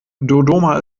dodoma